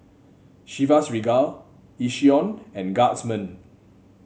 Chivas Regal Yishion and Guardsman